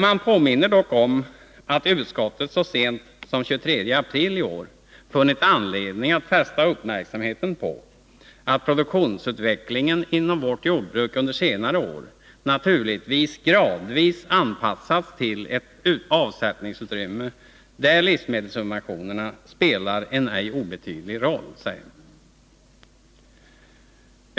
Man påminner dock om att utskottet så sent som den 23 april i år funnit anledning att fästa uppmärksamheten på att produktionsutvecklingen inom vårt jordbruk under senare år naturligtvis gradvis anpassats till ett avsättningsutrymme där livsmedelssubventionerna spelar en ej obetydlig roll.